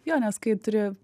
jo nes kai turi